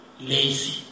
lazy